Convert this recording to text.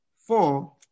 four